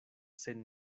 sen